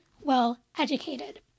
well-educated